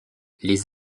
les